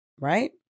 right